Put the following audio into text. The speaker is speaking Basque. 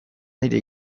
nire